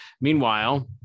Meanwhile